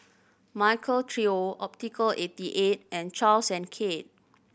Michael Trio Optical eighty eight and Charles and Keith